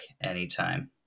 anytime